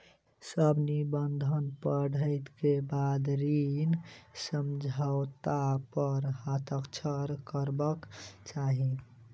सभ निबंधन पढ़ै के बाद ऋण समझौता पर हस्ताक्षर करबाक चाही